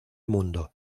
mundo